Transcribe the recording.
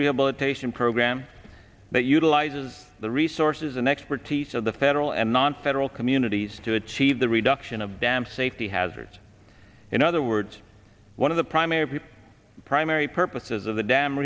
rehabilitation program that utilizes the resources and expertise of the federal and nonfederal communities to achieve the reduction of dam safety hazards in other words one of the primary primary purposes of the dam